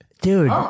Dude